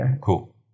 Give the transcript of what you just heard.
cool